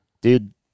dude